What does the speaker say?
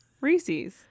Reese's